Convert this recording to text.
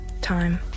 time